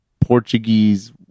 Portuguese